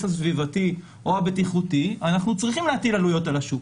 הסביבתי או הבטיחותי אנחנו צריכים להטיל עלויות על השוק,